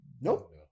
Nope